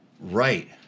Right